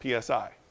PSI